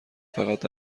فقط